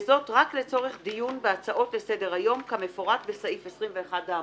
וזאת רק לצורך דיון בהצעות לסדר היום כמפורט בסעיף 21 האמור.